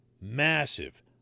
massive